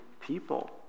people